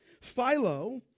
Philo